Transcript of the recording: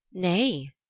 nay,